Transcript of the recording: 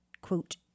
quote